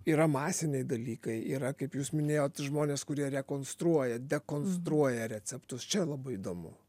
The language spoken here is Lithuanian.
yra masiniai dalykai yra kaip jūs minėjot žmonės kurie rekonstruoja dekonstruoja receptus čia labai įdomu